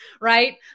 right